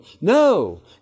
No